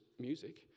music